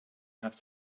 have